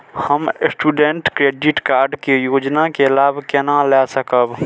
हम student credit card के योजना के लाभ केना लय सकब?